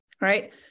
Right